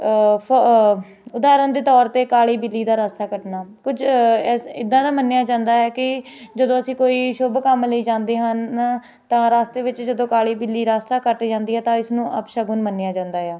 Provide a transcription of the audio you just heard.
ਫ਼ ਉਦਾਹਰਨ ਦੇ ਤੌਰ 'ਤੇ ਕਾਲੀ ਬਿੱਲੀ ਦਾ ਰਾਸਤਾ ਕੱਟਣਾ ਕੁਝ ਇਸ ਇੱਦਾਂ ਦਾ ਮੰਨਿਆ ਜਾਂਦਾ ਹੈ ਕਿ ਜਦੋਂ ਅਸੀਂ ਕੋਈ ਸ਼ੁਭ ਕੰਮ ਲਈ ਜਾਂਦੇ ਹਨ ਤਾਂ ਰਸਤੇ ਵਿੱਚ ਜਦੋਂ ਕਾਲੀ ਬਿੱਲੀ ਰਸਤਾ ਕੱਟ ਜਾਂਦੀ ਹੈ ਤਾਂ ਇਸਨੂੰ ਅਪਸ਼ਗਨ ਮੰਨਿਆ ਜਾਂਦਾ ਆ